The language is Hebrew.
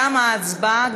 תמה ההצבעה.